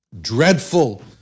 dreadful